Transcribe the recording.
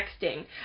texting